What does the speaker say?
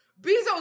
Bezos